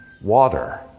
water